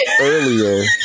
earlier